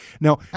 Now